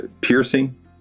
piercing